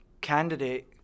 candidate